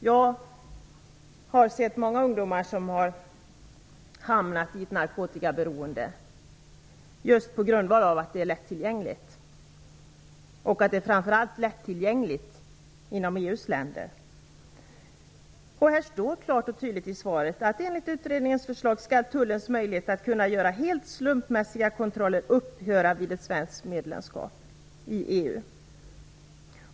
Jag har sett många ungdomar som hamnat i ett narkotikaberoende på grund av att det är lättillgängligt, framför allt i EU-länderna. Det står klart och tydligt i svaret att enligt utredningens förslag skall Tullens möjlighet att kunna göra helt slumpmässiga kontroller upphöra vid ett svenskt medlemskap i EU.